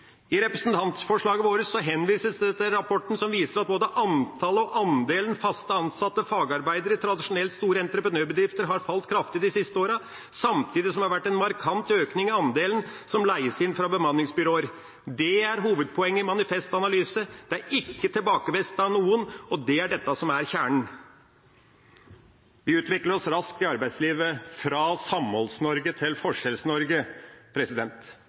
I representantforslaget vårt henvises det til rapporten som viser at både antallet og andelen fast ansatte fagarbeidere i tradisjonelt store entreprenørbedrifter har falt kraftig de siste åra, samtidig som det har vært en markant økning i andelen som leies inn fra bemanningsbyråer. Det er hovedpoenget i Manifest Analyse. Det er ikke tilbakevist av noen, og det er dette som er kjernen. Vi utvikler oss raskt i arbeidslivet fra Samholds-Norge til